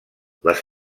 les